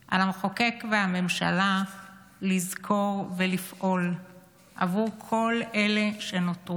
על המחוקק והממשלה לזכור ולפעול עבור כל אלה שנותרו,